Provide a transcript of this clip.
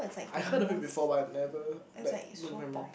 I heard of it before but I never like no memory